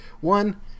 One